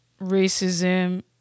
racism